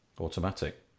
Automatic